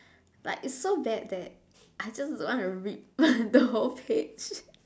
like it's so bad that I just wanna rip the whole page